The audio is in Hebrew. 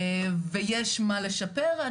ויש מה לשפר.